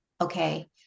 okay